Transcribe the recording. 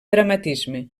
dramatisme